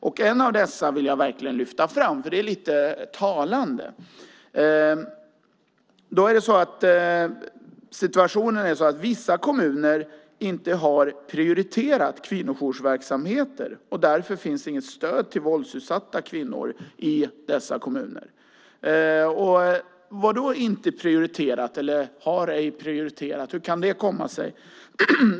Ett av dessa vill jag verkligen lyfta fram eftersom det är lite talande. Vissa kommuner har inte prioriterat kvinnojoursverksamheter. Därför finns inget stöd till våldsutsatta kvinnor i dessa kommuner. Inte prioriterat eller har ej prioriterat? Hur kan det komma sig?